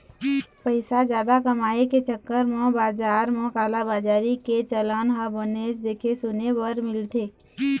पइसा जादा कमाए के चक्कर म बजार म कालाबजारी के चलन ह बनेच देखे सुने बर मिलथे